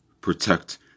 protect